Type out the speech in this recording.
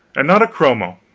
and not a chromo.